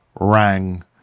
rang